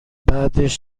بعدش